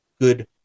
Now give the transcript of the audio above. good